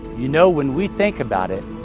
you know, when we think about it,